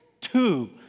Two